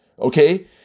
okay